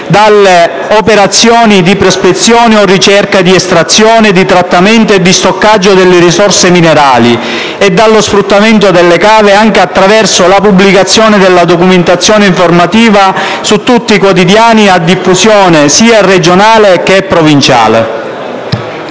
dalle operazioni di prospezione o ricerca, di estrazione, di trattamento e di stoccaggio delle risorse minerali e dallo sfruttamento delle cave, anche attraverso la pubblicazione della documentazione informativa su tutti i quotidiani a diffusione sia regionale che provinciale.